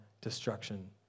destruction